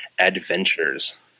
adventures